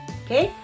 okay